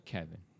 Kevin